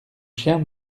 chien